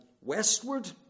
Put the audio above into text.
westward